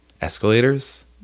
escalators